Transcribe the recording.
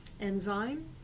enzyme